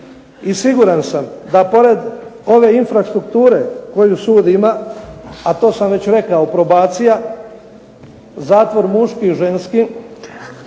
I siguran sam da pored ove infrastrukture koju sud ima, a to sam već rekao probacija, zatvor muški i ženski,